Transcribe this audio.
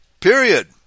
Period